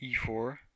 e4